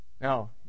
Now